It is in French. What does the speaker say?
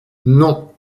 non